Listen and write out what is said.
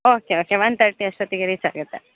okay okay one thirty ಅಷ್ಟೊತ್ತಿಗೆ reach ಆಗುತ್ತೆ